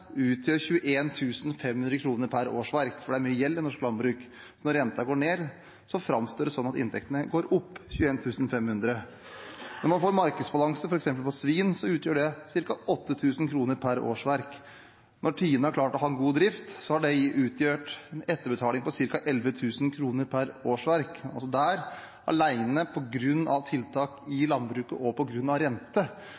utgjør 21 500 kr per årsverk, for det er mye gjeld i norsk landbruk. Når renta går ned, framstår det som om inntekten går opp 21 500 kr. Når man får markedsbalanse f.eks. for svin, utgjør det ca. 8 000 kr per årsverk. Når TINE har klart å ha en god drift, har det utgjort en etterbetaling på ca. 11 000 kr per årsverk. Der alene, på grunn av tiltak i